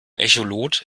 echolot